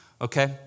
Okay